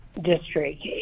district